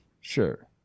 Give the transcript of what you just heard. Sure